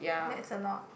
that's a lot